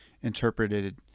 interpreted